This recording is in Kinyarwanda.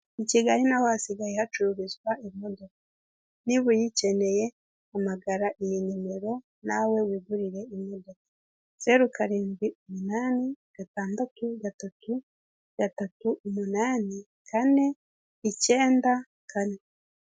I Kigali naho hasigaye hacururizwa imodoka, niba uyikeneye hamagara iyi nimero nawe wigurire imodoka. Zeru karindwi umunani, gatandatu gatatu, gatatu umunani kane, icyenda kane.